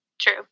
true